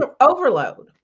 overload